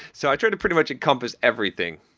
so i try to pretty much encompass everything.